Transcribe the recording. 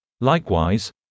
Likewise